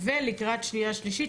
ולקראת הקריאה השנייה והשלישית,